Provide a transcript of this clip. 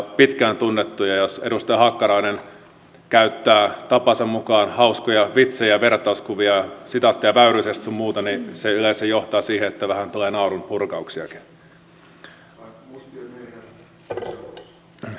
pitkään on tunnettu ja jos edustaja hakkarainen käyttää tapansa mukaan hauskoja vitsejä ja vertauskuvia ja sitaatteja väyrysestä sun muuta niin se yleensä johtaa siihen että vähän tulee naurunpurkauksiakin